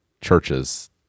churches